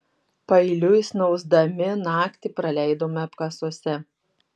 paeiliui snausdami naktį praleidome apkasuose